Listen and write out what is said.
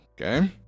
okay